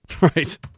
right